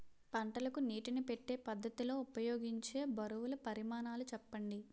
పంటలకు నీటినీ పెట్టే పద్ధతి లో ఉపయోగించే బరువుల పరిమాణాలు చెప్పండి?